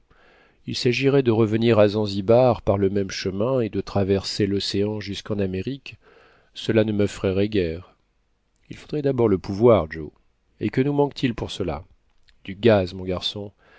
il s'agirait de revenir à zanzibar par le même chemin et de traverser l'océan jusqu'en amérique cela ne m'effrayerait guère il faudrait d'abord le pouvoir joe et que nous manque-t-il pour cela du gaz mon garçon